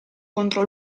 contro